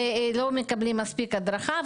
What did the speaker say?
ולא מקבלים מספיק הדרכה,